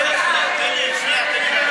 אני חוזר שנית, תשובה של שר או סגן שר,